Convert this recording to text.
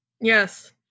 Yes